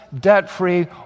debt-free